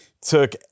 took